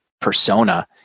persona